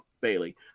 Bailey